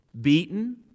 beaten